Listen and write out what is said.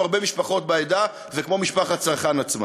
כמו הרבה משפחות בעדה וכמו משפחת סרחאן עצמה.